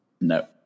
No